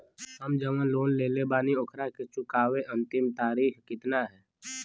हम जवन लोन लेले बानी ओकरा के चुकावे अंतिम तारीख कितना हैं?